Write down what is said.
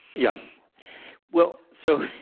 yeah well so